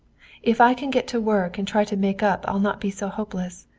if i can get to work and try to make up i'll not be so hopeless.